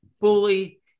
fully